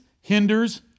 hinders